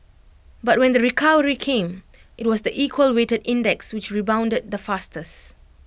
but when the recovery came IT was the equal weighted index which rebounded the fastest